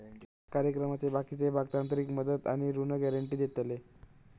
कार्यक्रमाचे बाकीचे भाग तांत्रिक मदत आणि ऋण गॅरेंटी देतले